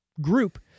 group